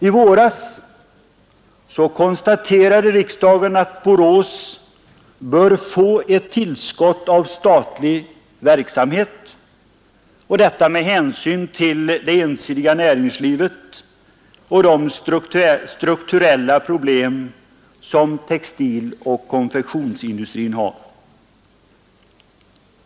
I våras konstaterade riksdagen att Borås bör få ett tillskott av statlig verksamhet, detta med hänsyn till det ensidiga näringslivet och de strukturella problem som textiloch konfektionsindustrin har.